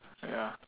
ya